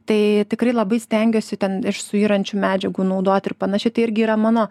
tai tikrai labai stengiuosi ten iš suyrančių medžiagų naudoti ir panašiai tai irgi yra mano